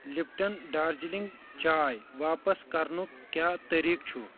Lipton Darjeeling چاے واپس کرنُک کیٛاہ طریٖقہٕ چھُ؟